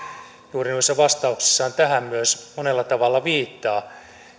juuri noissa vastauksissaan tähän myös monella tavalla viittaa